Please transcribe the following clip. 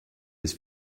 his